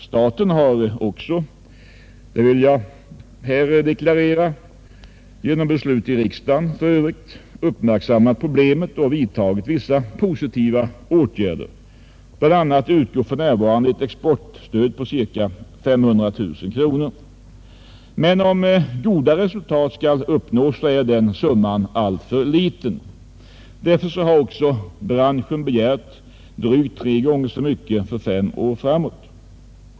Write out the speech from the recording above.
Staten har också — det vill jag här deklarera — uppmärksammat problemet och vidtagit vissa positiva åtgärder, för övrigt efter beslut i riksdagen; bl.a. utgår för närvarande ett exportstöd på cirka 500 000 kronor. Men om goda resultat skall uppnås är den summan alltför liten. Därför har också branschen begärt drygt tre gånger så mycket för fem år framåt.